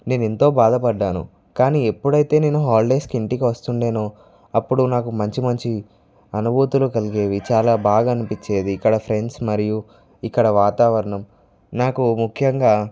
నేను ఎంతో బాధపడ్డాను కానీ ఎప్పుడైతే నేను హాలిడేస్కి ఇంటికి వస్తుండెనో అప్పుడు నాకు మంచి మంచి అనుభూతులు కలిగేవి చాలా బాగా అనిపించేది ఇక్కడ ఫ్రెండ్స్ మరియు ఇక్కడ వాతావరణం నాకు ముఖ్యంగా